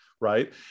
right